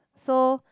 so